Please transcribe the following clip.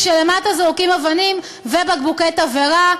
כשלמטה זורקים אבנים ובקבוקי תבערה,